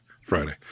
Friday